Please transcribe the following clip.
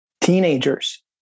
teenagers